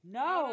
no